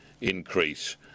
increase